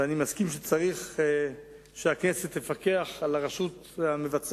ואני מסכים שצריך שהכנסת תפקח על הרשות המבצעת,